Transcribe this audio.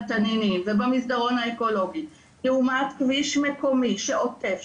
תנינים ובמסדרון האקולוגי לעומת כביש מקומי שעוקף,